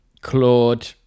Claude